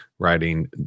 writing